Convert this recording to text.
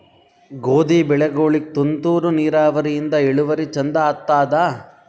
ಗೋಧಿ ಬೆಳಿಗೋಳಿಗಿ ತುಂತೂರು ನಿರಾವರಿಯಿಂದ ಇಳುವರಿ ಚಂದ ಆತ್ತಾದ?